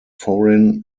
foreign